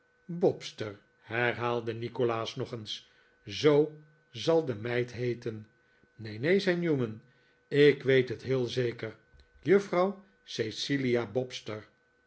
bobster herhaalde nikolaas nog eens zoo zal de meid heeten neen neen zei newman ik weet het heel zeker juffrouw cecilia